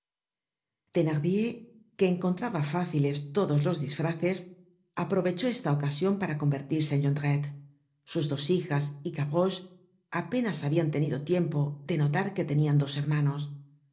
vos thenardier que encontraba fáciles todos los disfraces aprovechó esta ocasion para convertirse en jondrette sus dos hijas y gavroche apenas habian tenido tiempo de notar que tenian dos hermanos